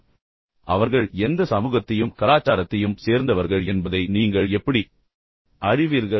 எனவே அவர்கள் எந்த சமூகத்தையும் கலாச்சாரத்தையும் சேர்ந்தவர்கள் என்பதை நீங்கள் எப்படி அறிவீர்கள்